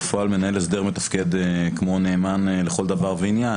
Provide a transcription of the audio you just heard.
בפועל מנהל הסדר מתפקד כמו נאמן לכל דבר ועניין.